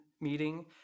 meeting